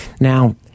Now